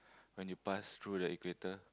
when you pass through the equator